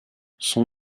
son